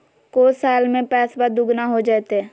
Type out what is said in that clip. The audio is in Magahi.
को साल में पैसबा दुगना हो जयते?